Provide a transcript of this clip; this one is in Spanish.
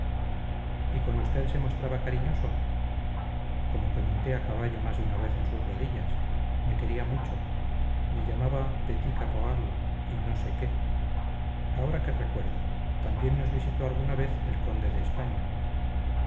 y con usted se mostraba cariñoso como que monté a caballo más de una vez en sus rodillas me quería mucho me llamaba petit caporal y no sé qué ahora que recuerdo también nos visitó alguna vez el conde de españa